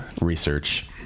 research